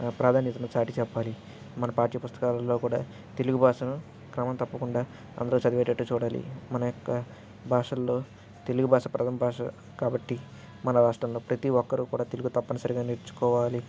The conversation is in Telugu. ప్రాధాన్యతను చాటి చెప్పాలి మన పాఠ్య పుస్తకాలల్లో కూడా తెలుగు భాషను క్రమం తప్పకుండా అందరూ చదివేటట్టు చూడాలి మన యొక్క భాషల్లో తెలుగు భాష ప్రథం భాష కాబట్టి మన రాష్ట్రంలో ప్రతీ ఒక్కరూ కూడా తెలుగు తప్పనిసరిగా నేర్చుకోవాలి